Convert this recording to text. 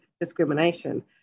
discrimination